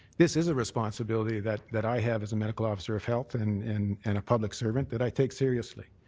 this is a responsibility that that i have as a medical officer of health and and and a public servant that i take seriously.